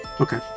Okay